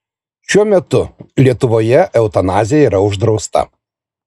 šiuo metu lietuvoje eutanazija yra uždrausta